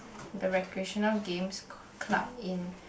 the recreational games club in